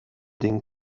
den